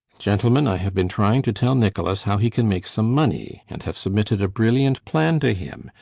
gentlemen, i have been trying to tell nicholas how he can make some money, and have submitted a brilliant plan to him,